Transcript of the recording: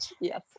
Yes